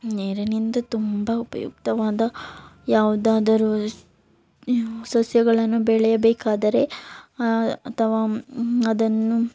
ನೀರಿನಿಂದ ತುಂಬ ಉಪಯುಕ್ತವಾದ ಯಾವುದಾದರೂ ಸಸ್ಯಗಳನ್ನು ಬೆಳೆಯಬೇಕಾದರೆ ಅಥವಾ ಅದನ್ನು